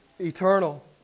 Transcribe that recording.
eternal